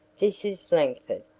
this is langford.